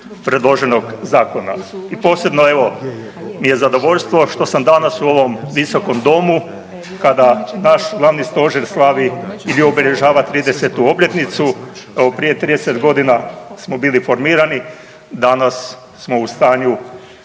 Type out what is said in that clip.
predloženog zakona. I posebno, evo, mi je zadovoljstvo što sam danas u ovom Visokom domu kada naš Glavni stožer slavi i obilježava 30. obljetnicu. Prije 30 godina smo bili formirani, danas smo u stanju